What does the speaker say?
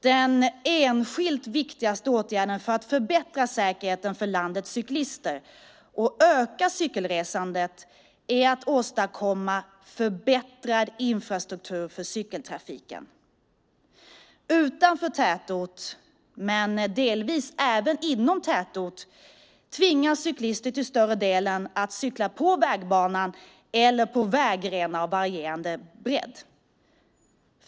Den enskilt viktigaste åtgärden för att förbättra säkerheten för landets cyklister och öka cykelresandet är att åstadkomma förbättrad infrastruktur för cykeltrafiken. Utanför tätort, men delvis även inom tätort, tvingas cyklister till större delen att cykla på vägbanan eller på vägrenar av varierande bredd.